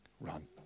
Run